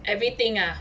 everything ah